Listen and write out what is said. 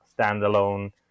standalone